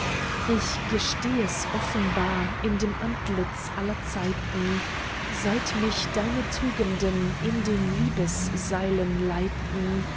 ich gesteh es offenbar in dem antlitz aller zeiten seit mich deine tugenden in den liebesseilen leiten